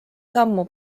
sammu